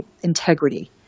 integrity